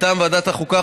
מטעם ועדת החוקה,